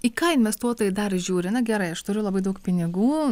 į ką investuotojai dar žiūri na gerai aš turiu labai daug pinigų